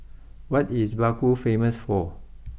what is Baku famous for